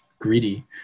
greedy